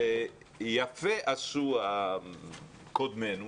ויפה עשו קודמינו